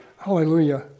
Hallelujah